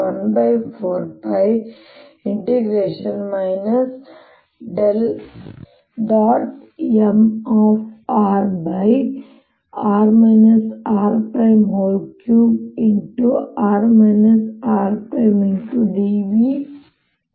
Mrr r3r rdV ಆಗಿದೆ